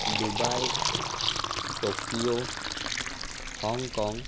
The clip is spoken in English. Dubai Tokyo Hong Kong